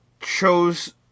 chose